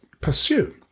pursue